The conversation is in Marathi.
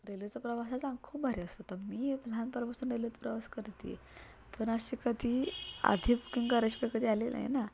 रेल्वेचा प्रवास हा चांग खूप भारी असतो तर मी लहानपणापासून रेल्वेचा प्रवास करते आहे पण अशी कधी आधी बुकिंग करायची कधी आली नाही ना